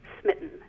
smitten